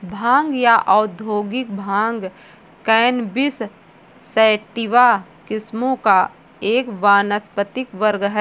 भांग या औद्योगिक भांग कैनबिस सैटिवा किस्मों का एक वानस्पतिक वर्ग है